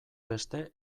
beste